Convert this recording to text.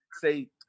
say